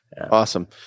Awesome